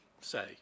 say